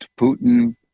Putin